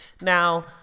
Now